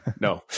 no